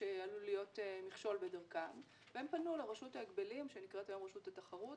שעלול להיות מכשול בדרכם והם פנו לרשות ההגבלים שנקראת היום רשות התחרות